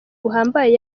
buhambaye